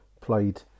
played